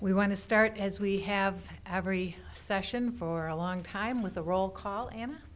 we want to start as we have every session for a long time with the roll call an